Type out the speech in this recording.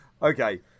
Okay